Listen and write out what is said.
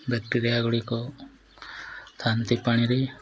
ବେକ୍ଟେରିଆଗୁଡ଼ିକ ଥାନ୍ତି ପାଣିରେ